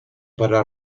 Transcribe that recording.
para